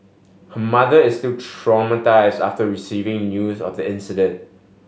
her mother is still traumatised after receiving news of the accident